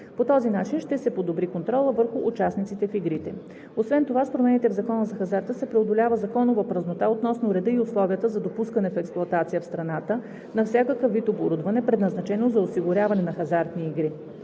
По този начин ще се подобри контролът върху участниците в игрите. Освен това с промените в Закона за хазарта се преодолява законова празнота относно реда и условията за допускане в експлоатация в страната на всякакъв вид оборудване, предназначено за организиране на хазартни игри.